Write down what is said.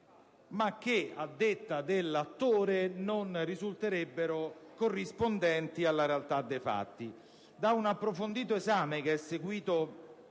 ma che, a detta dell'attore, non risulterebbero corrispondenti alla realtà dei fatti. Da un approfondito esame che è seguito